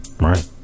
Right